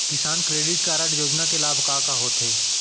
किसान credit card योजना के लाभ का का होथे?